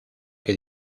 que